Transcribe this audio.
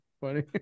funny